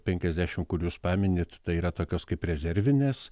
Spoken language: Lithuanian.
penkiasdešim kur jūs paminit tai yra tokios kaip rezervinės